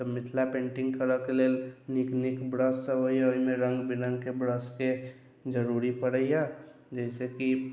तऽ मिथिला पेंटिंग करयके लेल नीक नीक ब्रशसभ अबैए ओहिमे रङ्ग बिरङ्गके ब्रशके जरूरी पड़ैए जैसेकि